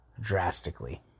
drastically